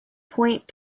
point